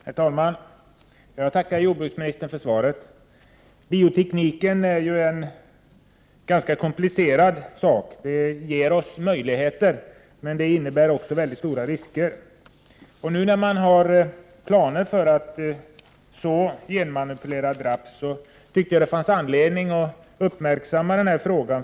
Herr talman! Jag tackar jordbruksministern för svaret. Biotekniken är ju ganska komplicerad. Den ger oss möjligheter, men den medför också mycket stora risker. Nu när det finns planer för att så genmanipulerad raps anser jag att jordbruksministern har anledning att uppmärksamma denna fråga.